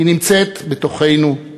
היא נמצאת בתוכנו,